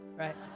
Right